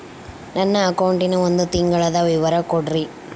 ನನ್ನ ಅಕೌಂಟಿನ ಒಂದು ತಿಂಗಳದ ವಿವರ ಕೊಡ್ರಿ?